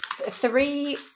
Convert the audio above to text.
three